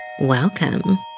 welcome